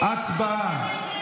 הצבעה.